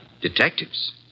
Detectives